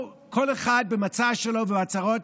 כל אחד במצע שלו ובמטרות,